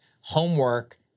homework-